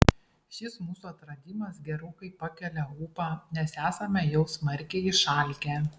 šis mūsų atradimas gerokai pakelia ūpą nes esame jau smarkiai išalkę